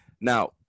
Now